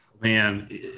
Man